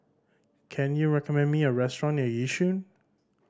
can you recommend me a restaurant near Yishun